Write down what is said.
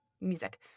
music